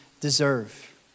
deserve